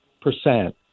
percent